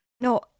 No